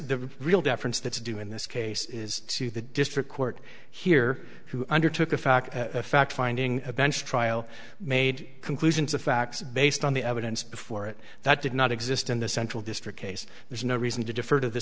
the real deference that's due in this case is to the district court here who undertook a fact a fact finding a bench trial made conclusions of facts based on the evidence before it that did not exist in the central district case there's no reason to defer to the